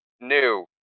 new